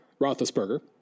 Roethlisberger